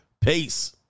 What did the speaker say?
Peace